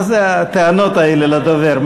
מה זה הטענות האלה לדובר?